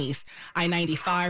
I-95